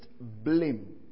blame